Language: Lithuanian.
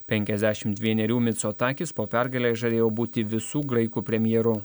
penkiasdešimt vienerių micotakis po pergalės žadėjo būti visų graikų premjeru